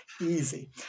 easy